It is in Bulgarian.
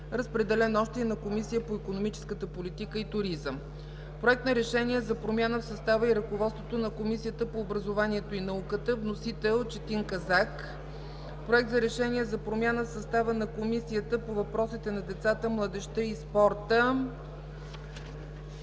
Разпределен е и на Комисията по икономическа политика и туризъм. Проект за решение за промяна в състава и ръководството на Комисията по образованието и науката. Вносител – Четин Казак. Проекти за решения за промяна в състава на: Комисията по въпросите на децата, младежта и спорта;